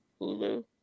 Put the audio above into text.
Hulu